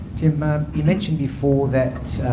tim ah you mentioned before that